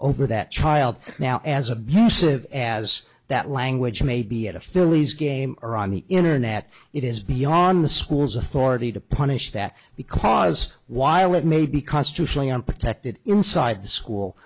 over that child now as abusive as that language may be at a phillies game or on the internet it is beyond the school's authority to punish that because while it may be constitutionally unprotected inside the school